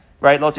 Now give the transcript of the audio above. right